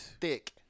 thick